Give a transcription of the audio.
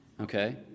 okay